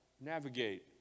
navigate